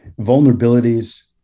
vulnerabilities